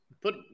Put